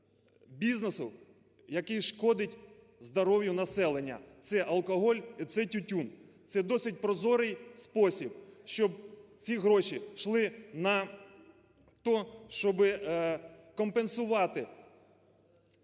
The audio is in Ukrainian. бізнесу, який шкодить здоров'ю населення – це алкоголь і це тютюн. Це досить прозорий спосіб, щоб ці гроші йшли на те, щоб компенсувати ту